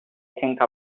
think